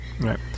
Right